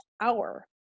hour